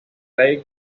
lake